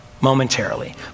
momentarily